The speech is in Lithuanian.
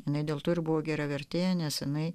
ne dėl to ir buvo gera vertėja neseniai